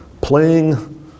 Playing